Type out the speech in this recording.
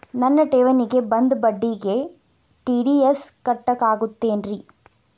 ನನ್ನ ಠೇವಣಿಗೆ ಬಂದ ಬಡ್ಡಿಗೆ ಟಿ.ಡಿ.ಎಸ್ ಕಟ್ಟಾಗುತ್ತೇನ್ರೇ?